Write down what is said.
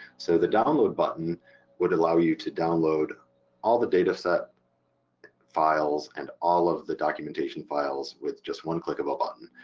so the download button would allow you to download all the dataset files and all of the documentation files with just one click of a button,